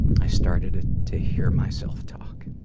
i started it to hear myself talk.